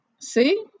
see